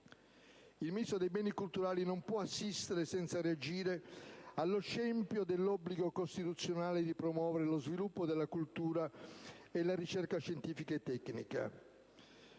il Ministro per i beni culturali non può assistere senza reagire allo scempio dell'obbligo costituzionale di promuovere la sviluppo della cultura e la ricerca scientifica e tecnica.